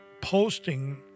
posting